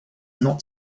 not